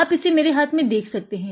आप इसे मेंरे हाथ में देख सकते हैं